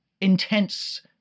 intense